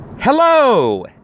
Hello